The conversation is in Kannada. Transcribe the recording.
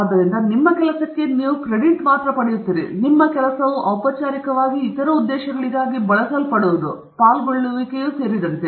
ಆದ್ದರಿಂದ ನಿಮ್ಮ ಕೆಲಸಕ್ಕೆ ನೀವು ಮಾತ್ರ ಕ್ರೆಡಿಟ್ ಪಡೆಯುತ್ತೀರಿ ನಿಮ್ಮ ಕೆಲಸವು ಔಪಚಾರಿಕವಾಗಿ ಇತರ ಉದ್ದೇಶಗಳಿಗಾಗಿ ಬಳಸಲ್ಪಡುವುದು ಪಾಲ್ಗೊಳ್ಳುವಿಕೆಯೂ ಸೇರಿದಂತೆ